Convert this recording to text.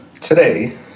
today